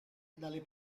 dalle